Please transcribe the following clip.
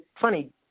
funny